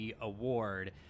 award